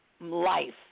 life